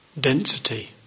density